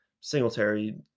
Singletary